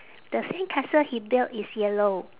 the sandcastle he build is yellow